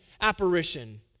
apparition